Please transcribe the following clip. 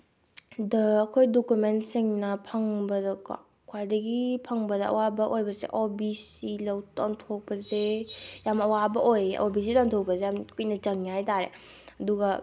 ꯑꯩꯈꯣꯏ ꯗꯣꯀꯨꯃꯦꯟꯁꯤꯡꯅ ꯐꯪꯕꯗꯀꯣ ꯈ꯭ꯋꯥꯏꯗꯒꯤ ꯐꯪꯕꯗ ꯑꯋꯥꯕ ꯑꯣꯏꯕꯁꯦ ꯑꯣ ꯕꯤ ꯁꯤ ꯇꯥꯟꯊꯣꯛꯄꯁꯦ ꯌꯥꯝ ꯑꯋꯥꯕ ꯑꯣꯏꯌꯦ ꯑꯣ ꯕꯤ ꯁꯤ ꯇꯥꯟꯊꯣꯛꯄꯁꯦ ꯌꯥꯝ ꯀꯨꯏꯅ ꯆꯪꯉꯦ ꯍꯥꯏꯇꯔꯦ ꯑꯗꯨꯒ